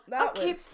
Okay